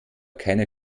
keiner